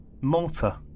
Malta